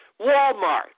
walmart